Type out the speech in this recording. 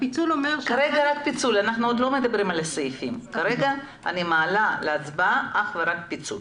כרגע אני מעלה להצבעה אך ורק את הפיצול.